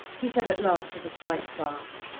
he said at last with a slight gasp.